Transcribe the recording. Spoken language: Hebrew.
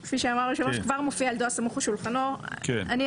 לחוק סיוג הפעילות המפלגתית קובע, ואני מצטט: